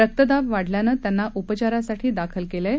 रक्तदाब वाढल्यानं त्यांना उपचारासाठी दाखल केलं आहे